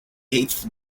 eighth